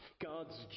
God's